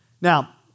Now